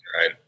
Right